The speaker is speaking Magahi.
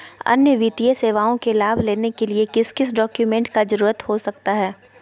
अन्य वित्तीय सेवाओं के लाभ लेने के लिए किस किस डॉक्यूमेंट का जरूरत हो सकता है?